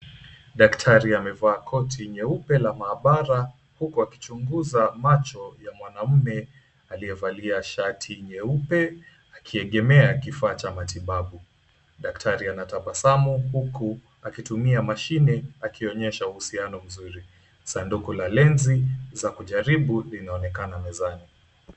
Daktari amevaa koti nyeupe la maabara huku akichunguza macho ya mwanaume aliyevalia shati nyeupe akiegemea kifaa cha matibabu. Daktari anatabasamu huku akitumia mashine akionyesha uhusiano mzuri. Sanduku la lensi za kujaribu linaonekana mezani.